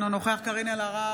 אינו נוכח קארין אלהרר,